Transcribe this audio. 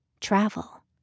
travel